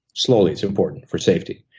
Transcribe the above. slowly. it's important for safety.